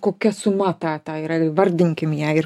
kokia suma tai yra įvardinkim ją ir